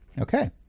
Okay